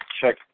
check